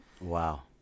Wow